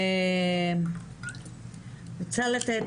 אני רוצה לתת